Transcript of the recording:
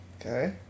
Okay